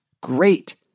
great